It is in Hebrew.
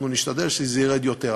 אנחנו נשתדל שזה ירד יותר.